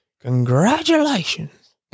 congratulations